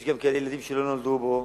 יש גם ילדים שלא נולדו פה,